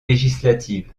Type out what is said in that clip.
législative